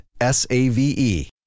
S-A-V-E